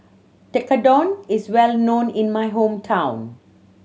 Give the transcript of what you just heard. tekkadon is well known in my hometown